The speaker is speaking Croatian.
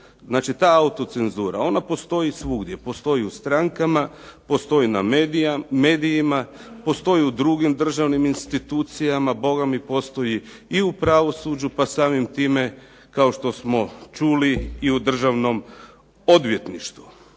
Znači ta autocenzura. Ona postoji svugdje, postoji u strankama, postoji na medijima, postoji u drugim državnim institucijama, Boga mi postoji i u pravosuđu, pa samim time kao što smo čuli i u Državnom odvjetništvu.